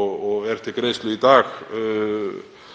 og er til greiðslu í dag